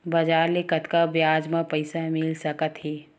बजार ले कतका ब्याज म पईसा मिल सकत हे?